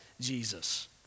Jesus